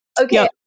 Okay